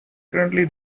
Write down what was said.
currently